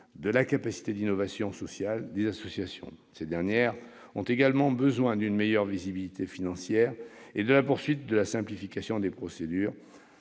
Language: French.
de la capacité d'innovation sociale des associations. Ces dernières ont également besoin d'une meilleure visibilité financière et de la poursuite de la simplification des procédures.